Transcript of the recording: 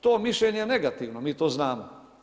To mišljenje je negativno mi to znamo.